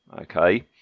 okay